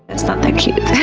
that's not that cute.